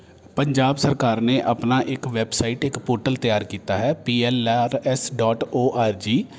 ਪੰਜਾਬ ਸਰਕਾਰ ਨੇ ਆਪਣਾ ਇੱਕ ਵੈੱਬਸਾਈਟ ਇੱਕ ਪੋਰਟਲ ਤਿਆਰ ਕੀਤਾ ਹੈ P L R S dot O R ਜੀ